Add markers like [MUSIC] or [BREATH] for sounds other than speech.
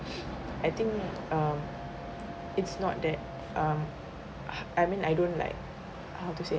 [BREATH] I think um it's not that um I mean I don't like how to say